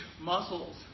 muscles